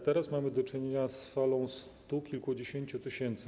Teraz mamy do czynienia z falą stu kilkudziesięciu tysięcy.